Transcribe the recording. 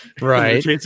right